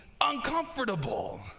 uncomfortable